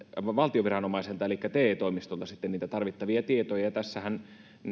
valtion viranomaiselta elikkä te toimistolta tarvittavia tietoja tässähän